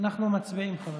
אנחנו מצביעים.